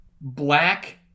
black